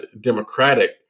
Democratic